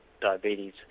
diabetes